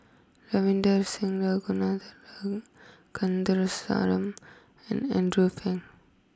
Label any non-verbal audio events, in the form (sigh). Ravinder Singh Ragunathar (noise) Kanagasuntheram and Andrew Phang